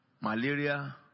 malaria